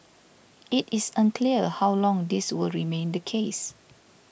it is unclear how long this will remain the case